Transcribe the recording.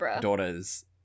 daughter's